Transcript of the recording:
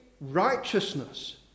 righteousness